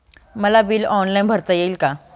मला bill online भरता येईल का?